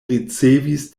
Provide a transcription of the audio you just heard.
ricevis